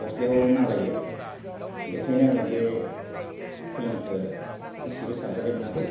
गस्लायाव नांलायो बेखायनो आङो बे खोलोमखो एसेबो साबजानाय मोनाखै